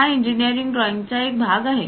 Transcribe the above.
हा इंजिनिअरिंग ड्रॉइंगचा एक भाग आहे